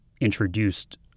introduced